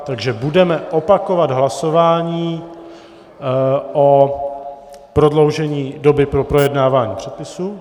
Takže budeme opakovat hlasování o prodloužení doby pro projednávání předpisů.